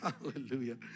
hallelujah